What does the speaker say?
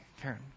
Karen